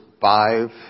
five